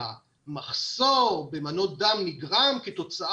שהמחסור במנות דם נגרם בגלל